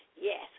yes